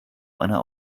einer